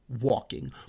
walking